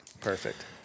perfect